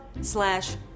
slash